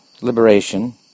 liberation